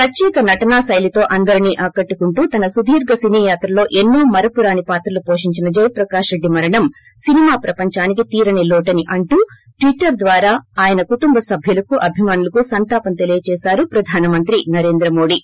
ప్రత్యేక నటనా శైలితో అందరినీ ఆకట్టుకుంటూ తన సుదీర్ల సినీ యాత్రలో ఎన్సో మరపురాని పాత్రలు పోషించిన జియ ప్రకాష్ రెడ్డి మరణం సినిమా ప్రపంచానీకి తీరని లోటని అంటూ ట్విటర్ ద్వారా ఆయనే కుటుంబ సభ్వులకు అభిమానులకు సంతాపం తెలియజేశారు ప్రధానమంత్రి నరేంద్ర మోదీ